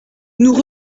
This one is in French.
nous